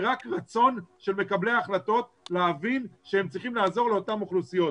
זה רק רצון של מקבלי ההחלטות להבין שהם צריכים לעזור לאותן אוכלוסיות.